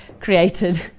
created